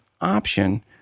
option